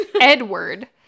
Edward